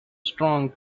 strong